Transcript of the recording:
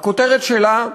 שהכותרת שלה,